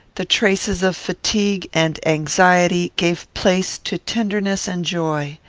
the traces of fatigue and anxiety gave place to tenderness and joy.